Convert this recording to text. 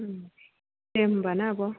उम दे होमबाना आब'